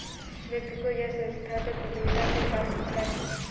व्यक्ति को यह संस्थागत उद्धमिता से प्राप्त होता है